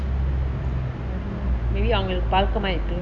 maybe அவங்களுக்கு பழக்கம் ஆயருக்கு:avangaluku palakam aayeruku